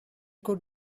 could